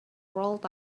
rolled